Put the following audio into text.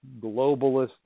globalist